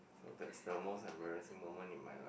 so that's the most embarrassing moment in my life